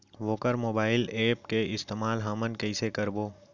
वोकर mobile app के इस्तेमाल हमन कइसे करबो?